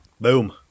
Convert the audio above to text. Boom